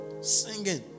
singing